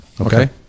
okay